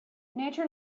nature